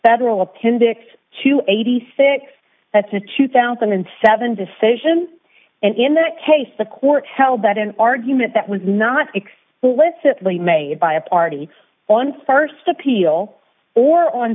federal appendix to eighty six that's a two thousand and seven decision and in that case the court held that an argument that was not explicitly made by a party on st appeal or on